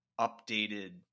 updated